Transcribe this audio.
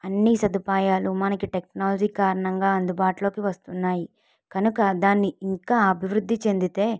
అన్నీ సదుపాయాలు మనకి టెక్నాలజీ కారణంగా అందుబాటులో వస్తున్నాయి కనుక దాన్ని ఇంకా అభివృద్ధి చెందితే